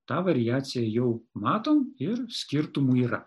tą variaciją jau matome ir skirtumų yra